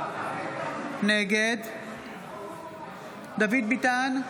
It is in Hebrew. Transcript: נגד דוד ביטן,